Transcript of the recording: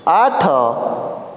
ଆଠ